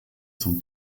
zum